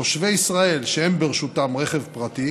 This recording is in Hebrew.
תושבי ישראל שאין ברשותם רכב פרטי